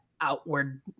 outward